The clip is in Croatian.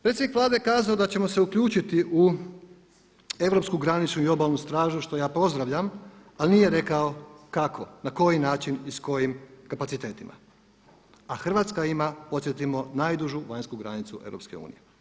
Predsjednik Vlade je kazao da ćemo se uključiti u europsku graničnu i obalnu stražu što ja pozdravljam ali nije rekao kako, na koji način i s kojim kapacitetima, a Hrvatska ima podsjetimo najdužu vanjsku granicu EU.